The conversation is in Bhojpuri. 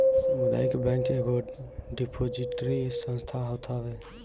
सामुदायिक बैंक एगो डिपोजिटरी संस्था होत हवे